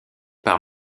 par